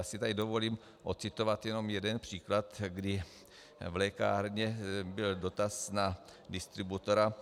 Já si tady dovolím ocitovat jenom jeden příklad, kdy v lékárně byl dotaz na distributora.